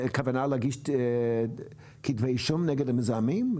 כוונה להגיש כתבי אישום נגד המזהמים?